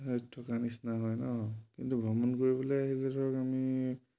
থকা নিচিনা হয় ন কিন্তু ভ্ৰমণ কৰিবলৈ আহিলে ধৰক আমি